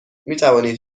میتوانید